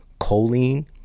choline